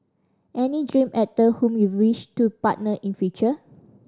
any dream actor whom you wish to partner in future